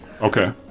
okay